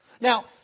Now